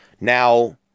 Now